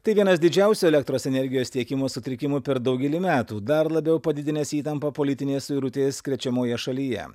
tai vienas didžiausių elektros energijos tiekimo sutrikimų per daugelį metų dar labiau padidinęs įtampą politinės suirutės krečiamoje šalyje